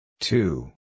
Two